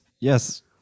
Yes